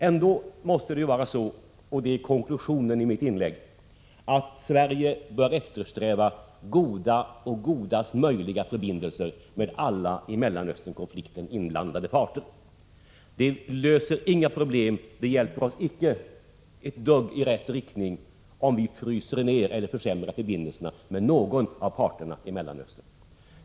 Ändå bör Sverige — detta är konklusionen i mitt inlägg — eftersträva så goda förbindelser som möjligt med alla i Mellanösternkonflikten inblandade parter. Det löser inga problem och hjälper oss inte i rätt riktning om vi fryser ner eller försämrar förbindelserna med någon av parterna i Mellanösternkonflikten.